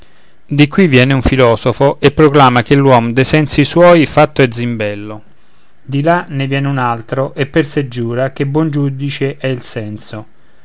di qui viene un filosofo e proclama che l'uom de sensi suoi fatto è zimbello di là ne viene un altro e per sé giura che buon giudice è il senso